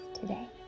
today